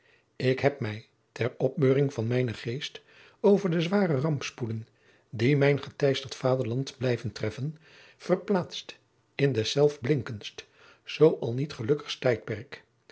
ik heb mij ter opbeuring van mijnen geest over de zware rampspoeden die mijn geteisterd vaderland blijven treffen verplaatst in deszelfs blinkendst zoo al niet gelukkigst tijdperk